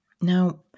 Now